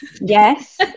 yes